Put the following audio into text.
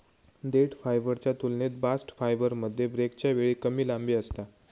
देठ फायबरच्या तुलनेत बास्ट फायबरमध्ये ब्रेकच्या वेळी कमी लांबी असता